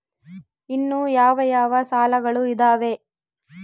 ಇನ್ನು ಯಾವ ಯಾವ ಸಾಲಗಳು ಇದಾವೆ?